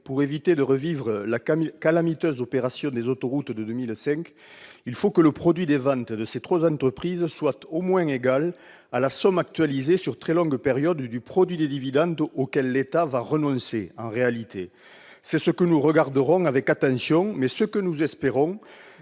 Pour éviter de revivre la calamiteuse opération des autoroutes de 2005, il faut que le produit des ventes de ces trois entreprises soit au moins égal à la somme actualisée sur très longue période du produit des dividendes auquel l'État va renoncer. C'est ce que nous examinerons avec attention, mais nous espérons